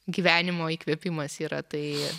gyvenimo įkvėpimas yra tai